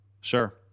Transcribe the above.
Sure